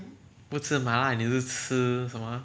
不吃麻辣你是吃什么啊